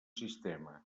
sistema